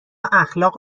اخلاق